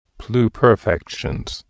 pluperfections